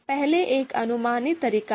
पहला एक अनुमानित तरीका है